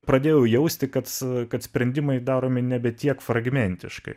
pradėjau jausti kad kad sprendimai daromi nebe tiek fragmentiškai